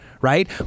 right